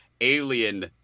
alien